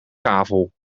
kavel